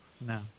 no